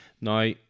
Now